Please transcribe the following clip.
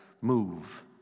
move